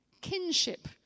kinship